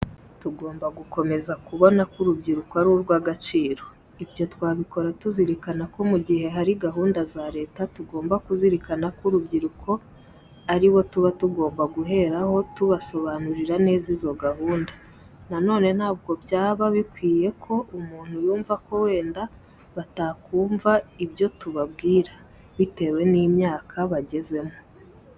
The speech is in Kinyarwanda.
Tugomba gukomeza kubona ko urubyiruko ari urw'agaciro. Ibyo twabikora tuzirikana ko mu gihe hari gahunda za leta tugomba kuzirikana ko urubyiruko ari bo tuba tugomba guheraho tubasobanurira neza izo gahunda. Na none ntabwo byaba bikwiye ko umuntu yumva ko wenda batakumva ibyo tubabwira, bitewe n'imyaka bagezemo.